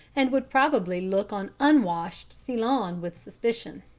and would probably look on unwashed ceylon with suspicion.